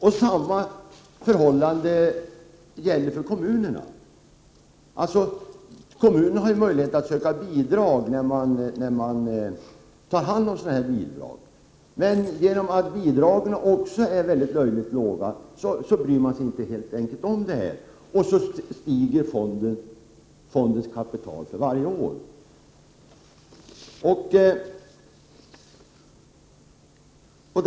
Detsamma gäller för kommunerna. Kommunerna har ju möjlighet att söka bidrag när man tar hand om bilvrak. Men på grund av att bidragen också — Prot. 1988/89:33 är så löjligt låga bryr man sig helt enkelt inte om det. Så stiger fondkapitalet 28 november 1988 för varje år.